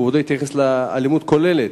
כבודו התייחס לאלימות כוללת.